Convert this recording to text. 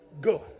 go